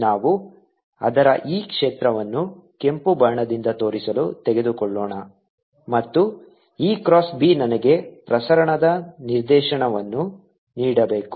ನಾವು ಅದರ e ಕ್ಷೇತ್ರವನ್ನು ಕೆಂಪು ಬಾಣದಿಂದ ತೋರಿಸಲು ತೆಗೆದುಕೊಳ್ಳೋಣ ಮತ್ತು e ಕ್ರಾಸ್ b ನನಗೆ ಪ್ರಸರಣದ ನಿರ್ದೇಶನವನ್ನು ನೀಡಬೇಕು